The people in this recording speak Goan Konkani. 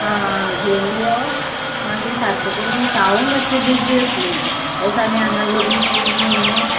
आं घेवन यो मागी सारको करून दिता हांवूय माश्शी बिजी आसली हेसानी हांगा लग्न बिग्न न्हय